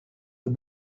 the